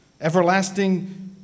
Everlasting